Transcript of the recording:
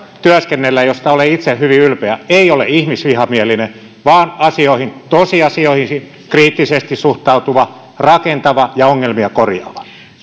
työskennellä ja josta olen itse hyvin ylpeä ei ole ihmisvihamielinen vaan asioihin tosiasioihin kriittisesti suhtautuva rakentava ja ongelmia korjaava